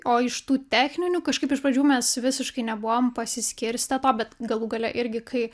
o iš tų techninių kažkaip iš pradžių mes visiškai nebuvom pasiskirstę to bet galų gale irgi kai